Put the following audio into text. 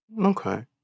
okay